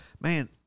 Man